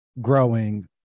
growing